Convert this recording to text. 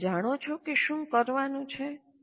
શું તમે જાણો છો કે શું કરવાનું છે